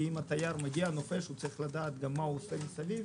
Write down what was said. כי אם התייר מגיע לנופש הוא גם צריך לדעת מה הוא עושה מסביב.